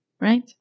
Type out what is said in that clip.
right